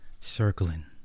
circling